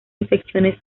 infecciones